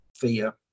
fear